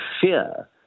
fear